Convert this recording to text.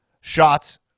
shots